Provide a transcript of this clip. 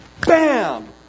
bam